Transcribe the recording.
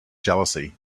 jealousy